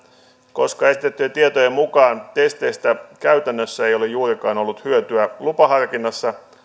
koska esitettyjen tietojen mukaan testeistä ei ole käytännössä juurikaan ollut hyötyä lupaharkinnassa